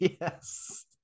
yes